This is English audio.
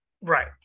Right